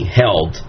held